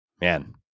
Man